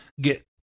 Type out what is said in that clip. get –